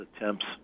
attempts